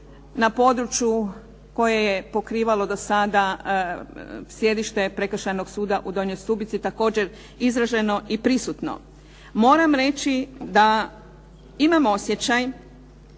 na području koje je pokrivalo sada sjedište Prekršajnog suda u Donjoj Stubici također izraženo i prisutno. Moram reći da imam osjećaj